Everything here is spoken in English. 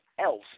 else